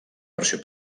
versió